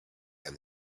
and